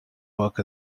work